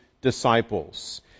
disciples